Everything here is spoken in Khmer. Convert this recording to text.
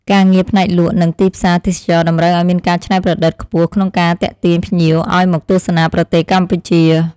ការងារផ្នែកលក់និងទីផ្សារទេសចរណ៍តម្រូវឱ្យមានការច្នៃប្រឌិតខ្ពស់ក្នុងការទាក់ទាញភ្ញៀចឱ្យមកទស្សនាប្រទេសកម្ពុជា។